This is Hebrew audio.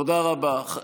תודה רבה.